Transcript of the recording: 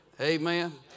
Amen